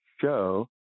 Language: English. show